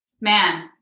man